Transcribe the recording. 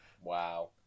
Wow